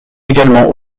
également